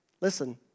Listen